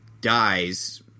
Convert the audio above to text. dies